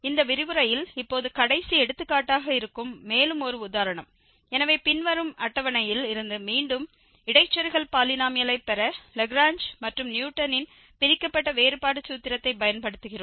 இந்த விரிவுரையில் இப்போது கடைசி எடுத்துக்காட்டாக இருக்கும் மேலும் ஒரு உதாரணம் எனவே பின்வரும் அட்டவணையில் இருந்து மீண்டும் இடைச்செருகல் பாலினோமியலை பெற லாக்ரேஞ்ச் மற்றும் நியூட்டனின் பிரிக்கப்பட்ட வேறுபாடு சூத்திரத்தைப் பயன்படுத்துகிறோம்